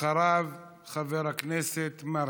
אחריו, חבר הכנסת מרגי.